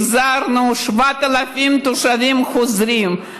החזרנו 7,000 תושבים חוזרים.